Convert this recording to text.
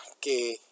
que